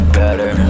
better